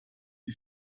die